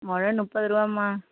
முழம் முப்பது ரூபாம்மா